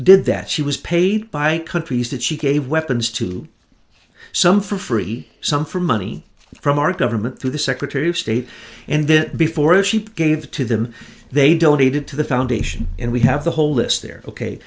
did that she was paid by countries that she gave weapons to some for free some for money from our government through the secretary of state and then before a sheep gave to them they donated to the foundation and we have the whole list there ok